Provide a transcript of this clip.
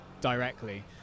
directly